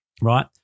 right